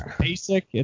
basic